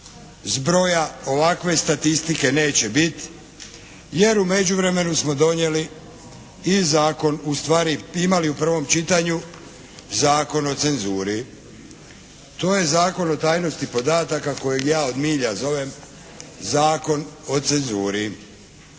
zbroja, ovakve statistike neće bit, jer u međuvremenu smo donijeli i zakon, ustvari imali u prvom čitanju Zakon o cenzuri. To je Zakon o tajnosti podataka kojeg ja od milja zovem Zakon o cenzuri.